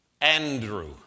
Andrew